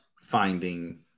finding